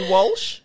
Walsh